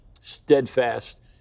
steadfast